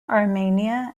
armenia